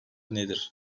nedir